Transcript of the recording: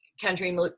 country